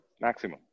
Maximum